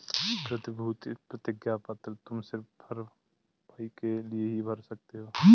प्रतिभूति प्रतिज्ञा पत्र तुम सिर्फ भरपाई के लिए ही भर सकते हो